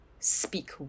speak